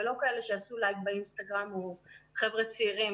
ולא כאלה שיעשו לייק באינסטגרם; לחבר'ה צעירים,